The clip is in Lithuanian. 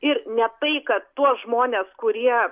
ir ne tai kad tuos žmones kurie